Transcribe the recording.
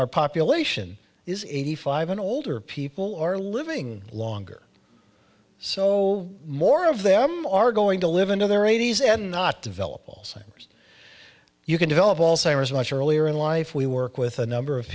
our population is eighty five and older people are living longer so more of them are going to live in to their eighty's and not develop alzheimer's you can develop alzheimer's much earlier in life we work with a number of